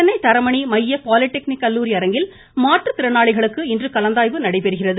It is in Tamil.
சென்னை தரமணி மைய பாலிடெக்னிக் கல்லூரி அரங்கில் மாற்றுத்திறனாளிகளுக்கு இன்று கலந்தாய்வு நடைபெறுகிறது